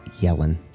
Yellen